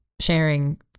sharing